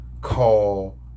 call